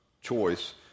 choice